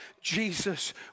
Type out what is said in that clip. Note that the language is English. Jesus